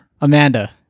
Amanda